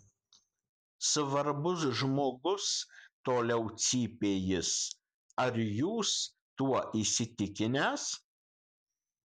svarbus žmogus toliau cypė jis ar jūs tuo įsitikinęs